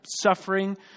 Suffering